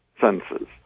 senses